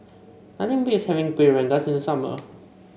nothing beats having Kuih Rengas in the summer